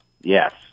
Yes